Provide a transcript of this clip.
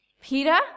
Peter